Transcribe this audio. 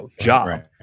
job